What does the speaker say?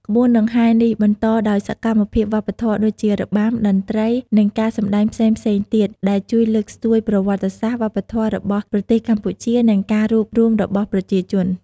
ក្បួនដង្ហែរនេះ បន្តដោយសកម្មភាពវប្បធម៌ដូចជា របាំ តន្ត្រី និងការសម្តែងផ្សេងៗទៀត ដែលជួយលើកស្ទួយប្រវត្តិសាស្រ្តវប្បធម៌របស់ប្រទេសកម្ពុជា និងការរួបរួមរបស់ប្រជាជន។